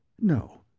No